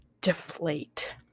deflate